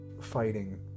fighting